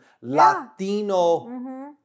Latino